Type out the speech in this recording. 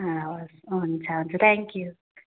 हवस् हुन्छ हुन्छ थ्याङ्क्यु